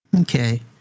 Okay